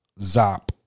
Zop